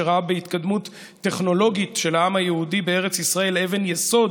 שראה בהתקדמות טכנולוגית של העם היהודי בארץ ישראל אבן יסוד